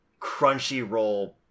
Crunchyroll